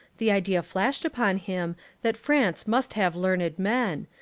the idea flashed upon him that france must have learned men,